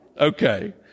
Okay